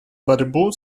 борьбу